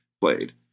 played